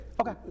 Okay